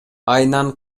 айынан